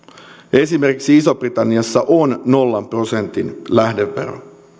esimerkiksi isossa britanniassa on nolla prosentin lähdevero